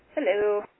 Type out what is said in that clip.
Hello